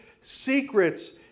secrets